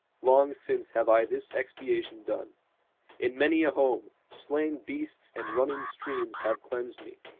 long since have i this expiation done in many a home, slain beasts and running streams have cleansed me.